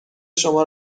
شما